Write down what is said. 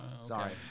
sorry